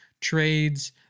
trades